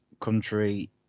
country